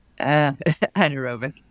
anaerobic